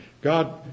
God